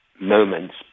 moments